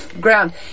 Ground